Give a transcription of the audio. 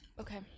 Okay